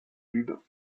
lubin